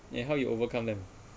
yeah how you overcome them